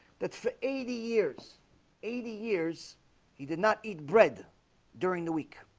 that for eighty years eighty years he did not eat bread during the week